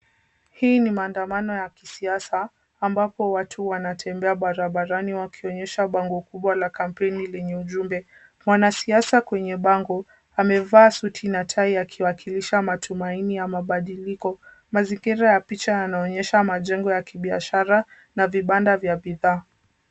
Hii ni maandamano ya kisiasa, ambapo watu wanatembea barabarani wakionyesha bango kubwa la kampeni, lenye ujumbe. Mwanasiasa kwenye bango, amevaa suti na tai akiwakilisha matumaini ya mabadiliko. Mazingira ya picha yanaonyesha majengo ya kibiashara na vibanda vya vibaa.